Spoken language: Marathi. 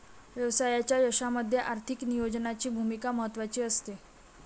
व्यवसायाच्या यशामध्ये आर्थिक नियोजनाची भूमिका महत्त्वाची असते